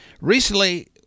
recently